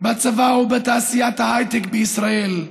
בצבא ובתעשיית ההייטק בישראל.